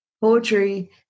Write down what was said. poetry